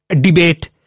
debate